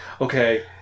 okay